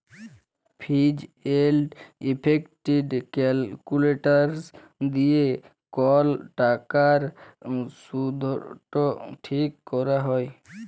ফিজ এলড effective calculations দিয়ে কল টাকার শুধট ঠিক ক্যরা হ্যয়